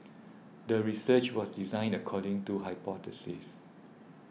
the research was designed according to hypothesis